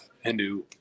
Hindu